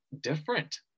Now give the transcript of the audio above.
different